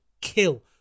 kill